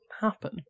happen